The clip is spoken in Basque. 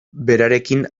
berarekin